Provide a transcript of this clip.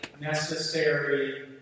necessary